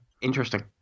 interesting